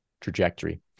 trajectory